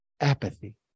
Apathy